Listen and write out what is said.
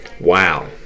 Wow